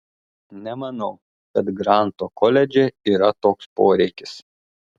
nemanau kad granto koledže yra toks poreikis